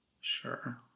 Sure